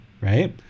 right